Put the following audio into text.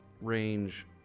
Range